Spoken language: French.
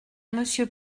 monsieur